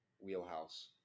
wheelhouse